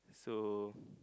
so